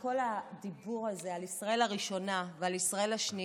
שכל הדיבור הזה על ישראל הראשונה וישראל השנייה,